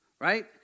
right